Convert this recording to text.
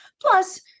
Plus